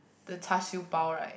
the char siew bao right